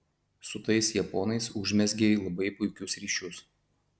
su tais japonais užmezgei labai puikius ryšius